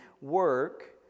work